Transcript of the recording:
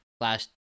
last